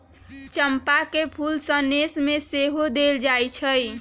चंपा के फूल सनेश में सेहो देल जाइ छइ